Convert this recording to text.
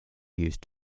used